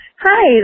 Hi